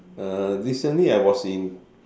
uh recently I was in